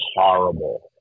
horrible